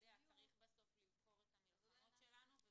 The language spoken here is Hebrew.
בסוף צריך לבחור את המלחמות שלנו.